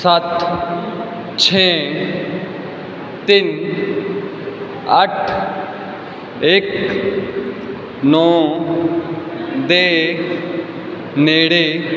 ਸੱਤ ਛੇ ਤਿੰਨ ਅੱਠ ਇੱਕ ਨੌਂ ਦੇ ਨੇੜੇ